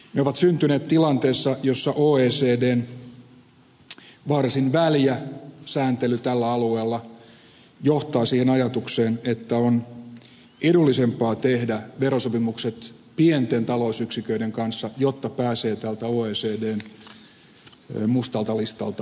ne ovat syntyneet tilanteessa jossa oecdn varsin väljä sääntely tällä alueella johtaa siihen ajatukseen että on edullisempaa tehdä verosopimukset pienten talousyksiköiden kanssa jotta pääsee tältä oecdn mustalta listalta pois